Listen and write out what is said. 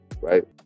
Right